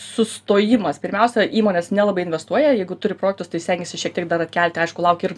sustojimas pirmiausia įmonės nelabai investuoja jeigu turi projektus tai stengiasi šiek tiek dar atkelti aišku laukia ir